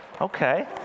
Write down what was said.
Okay